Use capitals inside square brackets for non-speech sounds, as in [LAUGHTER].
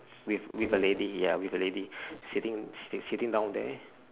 with with a lady ya with a lady [BREATH] sitting sit~ sitting down there